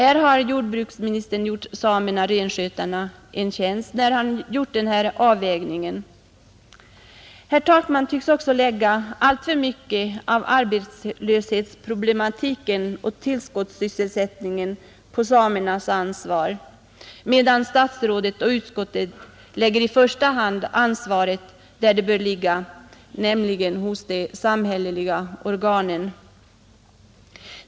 Jordbruksministern har gjort samerna och renskötarna en tjänst genom denna avvägning. Herr Takman tycks också lägga alltför mycket av arbetslöshetsproblematiken och tillskottssysselsättningen på samernas ansvar medan statsrådet och utskottet i första hand lägger ansvaret där det bör ligga, nämligen hos de samhälliga organen.